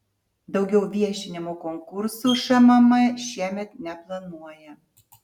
daugiau viešinimo konkursų šmm šiemet neplanuoja